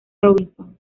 robinson